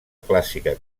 clàssica